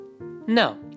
No